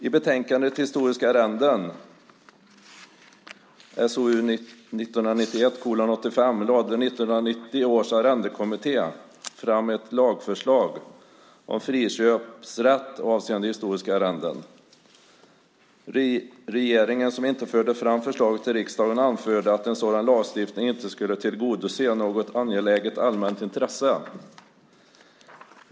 I betänkandet Historiska arrenden lade 1990 års arrendekommitté fram ett lagförslag om friköpsrätt avseende historiska arrenden. Regeringen, som inte förde fram förslaget till riksdagen, anförde att en sådan lagstiftning inte skulle tillgodose något angeläget allmänt intresse.